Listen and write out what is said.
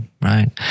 Right